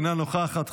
אינה נוכחת,